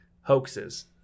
hoaxes